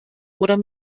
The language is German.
oder